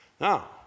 now